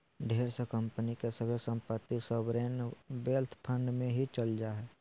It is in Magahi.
ढेर सा कम्पनी के सभे सम्पत्ति सॉवरेन वेल्थ फंड मे ही चल जा हय